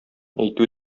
әйтү